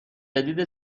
جدید